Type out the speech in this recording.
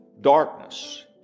darkness